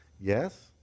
Yes